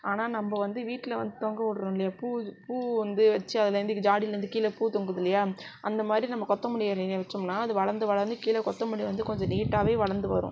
ஆனால் நம்ப வந்து வீட்டில் தொங்க விடுறோம் இல்லையா பூ பூ வந்து வச்சு அதுலேருந்து ஜாடிலேருந்து கீழே பூ தொங்குது இல்லையா அந்த மாதிரி நம்ப கொத்தமல்லி விதைய வச்சோம்னால் அது வளர்ந்து வளர்ந்து கீழே கொத்தமல்லி வந்து கொஞ்சம் நீட்டாமாவே வளர்ந்து வரும்